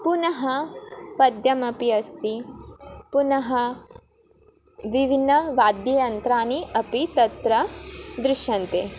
पुनः पद्यमपि अस्ति पुनः विभिन्न वाद्ययन्त्राणि अपि तत्र दृश्यन्ते